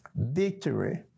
victory